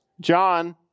John